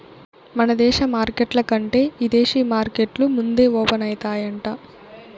మన దేశ మార్కెట్ల కంటే ఇదేశీ మార్కెట్లు ముందే ఓపనయితాయంట